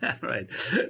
Right